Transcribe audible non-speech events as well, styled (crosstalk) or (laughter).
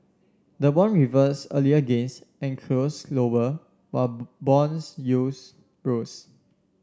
the won reversed earlier gains and closed lower while (unintelligible) bones yields rose